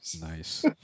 Nice